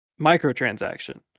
microtransaction